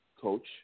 coach